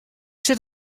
sit